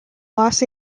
los